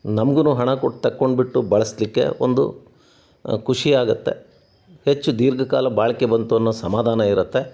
ನಮ್ಗೂ ಹಣ ಕೊಟ್ಟು ತೊಕೊಂಡ್ಬಿಟ್ಟು ಬಳಸ್ಲಿಕ್ಕೆ ಒಂದು ಖುಷಿಯಾಗುತ್ತೆ ಹೆಚ್ಚು ದೀರ್ಘಕಾಲ ಬಾಳಿಕೆ ಬಂತು ಅನ್ನೋ ಸಮಾಧಾನ ಇರುತ್ತೆ